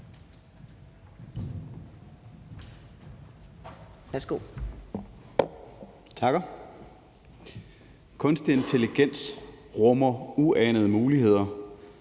Takker. Kunstig intelligens rummer uanede muligheder